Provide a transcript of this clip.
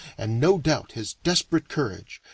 and no doubt his desperate courage,